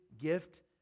gift